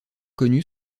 connu